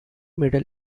middle